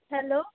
hello